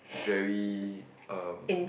very uh